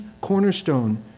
cornerstone